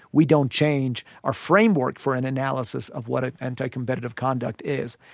we don't change our framework for an analysis of what ah anti-competitive conduct is.